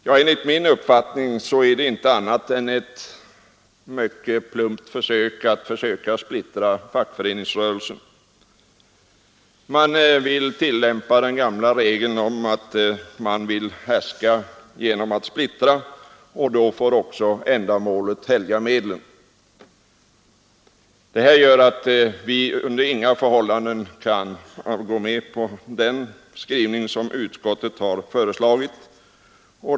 Ja, enligt min uppfattning är det inte annat än ett mycket plumpt försök att splittra fackföreningsrörelsen. De vill tillämpa den gamla regeln härska genom att splittra, och då får ändamålet helga medlen. Detta gör att vi under inga förhållanden kan gå med på den skrivning som utskottet har föreslagit.